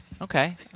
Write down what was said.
Okay